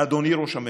אדוני ראש הממשלה,